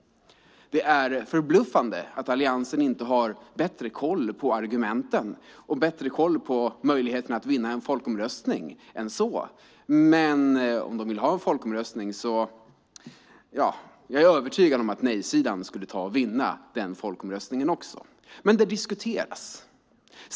Det är förbluffande att Alliansen inte har bättre koll på argumenten och bättre koll på möjligheten att vinna en folkomröstning än så. Om de vill ha en folkomröstning är jag övertygad om att nej-sidan skulle vinna den också. Men det diskuteras.